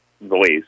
voice